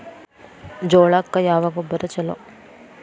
ಜೋಳಕ್ಕ ಯಾವ ಗೊಬ್ಬರ ಛಲೋ?